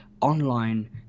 online